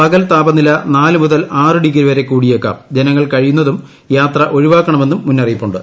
പകൽ താപനില നാല് മുതൽ ആറ് ഡിഗ്രി വരെ കൂടിയേക്കാം ജനങ്ങൾ കഴിയുന്നതും യാത്ര ഒഴിവാക്കണമെന്നും മുന്നറിയിപ്പുണ്ട്